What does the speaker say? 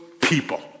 people